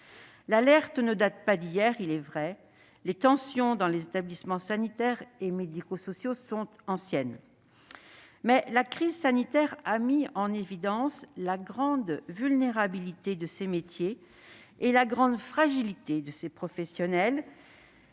L'alerte ne date pas d'hier, il est vrai. Les tensions dans les établissements sanitaires et médico-sociaux sont anciennes. Mais la crise sanitaire a mis en évidence la grande vulnérabilité de ces métiers et la grande fragilité de ces professionnels,